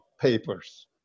papers